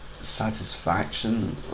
satisfaction